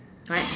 right